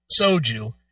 soju